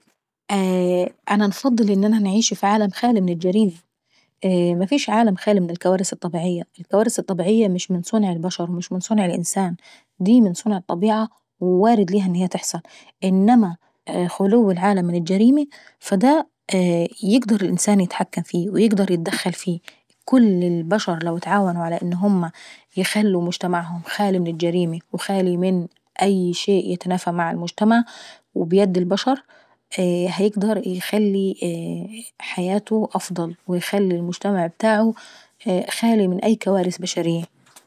أنا نفضل ان انا نفضل في عالم خالي من الجريمة ، مفيش عالم خالي من الكوارث الطبيعية. الكوارث دي مش من صنع البشر، دي من صنع الطبيعة فوارد ليها ان هي تحصل. انما خلو العالم من الجريمي فدا يقدر الانسان يتحكم فيه. ويقدر يتدخل فيه. كل البشر اللي يتعاونوا على ان هما يخلوا مجتمعهم خالي من الجريمي وخالي اي شيء يتنافى مع المجتمع وبيد البشر هيقدر يخلي حياته أفضل ويخلي المجتمع ابتاعه خالي من اي كوارث بشريي.